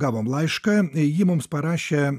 gavom laišką jį mums parašė